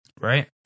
Right